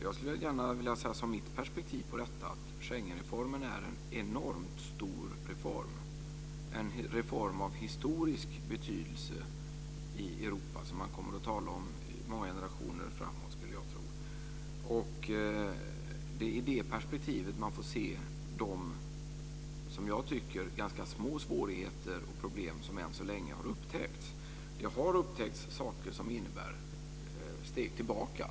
Jag skulle gärna säga som mitt perspektiv på detta att Schengenreformen är en enormt stor reform, en reform av historisk betydelse i Europa som man kommer att tala om flera generationer framåt, skulle jag tro. Det är i det perspektivet man får se de, som jag tycker, ganska små svårigheter och problem som än så länge har upptäckts. Det har upptäckts saker som innebär steg tillbaka.